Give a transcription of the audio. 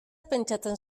pentsatzen